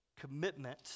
commitment